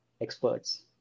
experts